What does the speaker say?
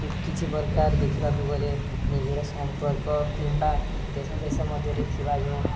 କିଛି ପ୍ରକାର ଦେଖିବାକୁ ଗଲେ ନିବିଡ଼ ସମ୍ପର୍କ କିମ୍ବା ଦେଶ ଦେଶ ମଧ୍ୟରେ ଥିବା ଯୋଉଁ